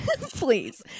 please